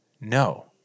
no